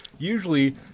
usually